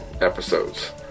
episodes